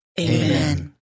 Amen